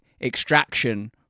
extraction